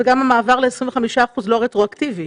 גם המעבר ל-25 אחוזים לא רטרואקטיבי.